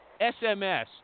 SMS